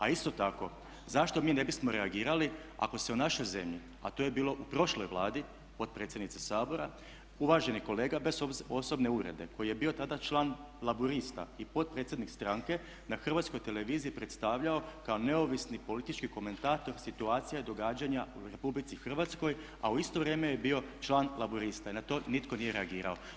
A isto tako zašto mi ne bismo reagirali ako se u našoj zemlji, a to je bilo u prošloj Vladi potpredsjednice Sabora uvaženi kolega bez osobne uvrede koji je bio tada član Laburista i potpredsjednik stranke na Hrvatskoj televiziji predstavljao kao neovisni politički komentator situacija, događanja u Republici Hrvatskoj, a u isto vrijeme je bio član Laburista i na to nitko nije reagirao.